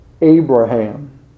Abraham